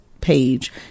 page